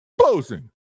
posing